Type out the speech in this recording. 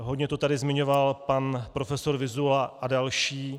Hodně to tady zmiňoval pan profesor Vyzula a další.